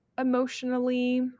emotionally